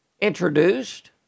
introduced